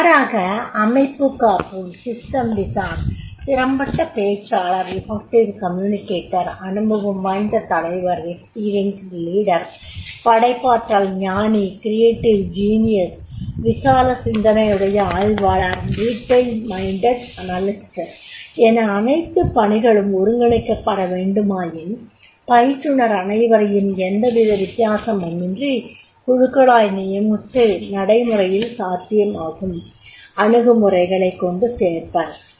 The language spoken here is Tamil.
இவ்வாறாக அமைப்புக் காப்போன் திறம்பட்ட பேச்சாளர் அனுபவம் வாய்ந்த தலைவர் படைப்பாற்றல் ஞானி விசால சிந்தனையுடைய ஆய்வாளர் என அனைத்து பணிகளும் ஒருங்கிணைக்கப்பட வேண்டுமாயின் பயிற்றுனர் அனைவரையும் எந்தவித வித்தியாசமுமின்றி குழுக்களாய் நியமித்து நடைமுறையில் சாத்தியமாகும் அணுகுமுறைகளைக் கொண்டு சேர்ப்பர்